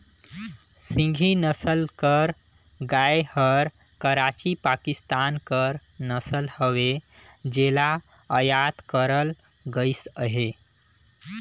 सिंघी नसल कर गाय हर कराची, पाकिस्तान कर नसल हवे जेला अयात करल गइस अहे